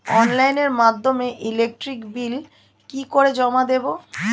অনলাইনের মাধ্যমে electric bill কি করে জমা দেবো?